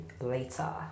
later